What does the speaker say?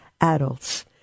adults